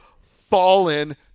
fallen